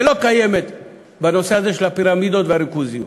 שלא קיימת בנושא הזה של הפירמידות והריכוזיות.